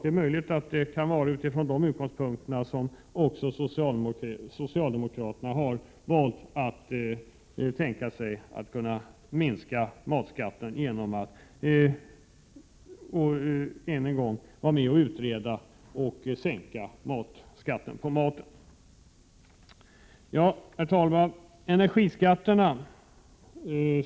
Det är möjligt att det är från dessa utgångspunkter som också socialdemokraterna kan tänka sig att minska matskatten och än en gång vara med och utreda ett sådant förslag. Herr talman! Slutligen vill jag säga något om energiskatterna.